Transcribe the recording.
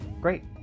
great